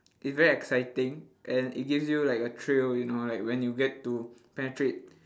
it's very exciting and it gives you like a thrill you know like when you get to penetrate